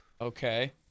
Okay